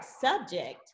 subject